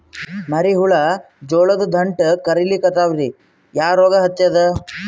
ಮರಿ ಹುಳ ಜೋಳದ ದಂಟ ಕೊರಿಲಿಕತ್ತಾವ ರೀ ಯಾ ರೋಗ ಹತ್ಯಾದ?